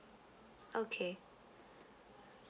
okay